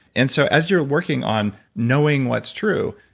and so as you're working on knowing what's true,